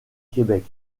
québec